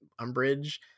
umbridge